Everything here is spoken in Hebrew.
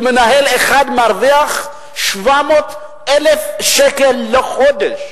שמנהל אחד מרוויח 700,000 שקל לחודש.